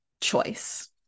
choice